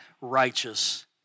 righteous